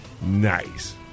Nice